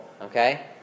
Okay